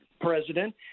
president